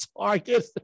Target